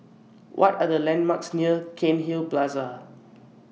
What Are The landmarks near Cairnhill Plaza